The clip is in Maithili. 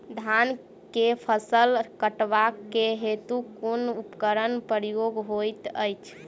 धान केँ फसल कटवा केँ हेतु कुन उपकरणक प्रयोग होइत अछि?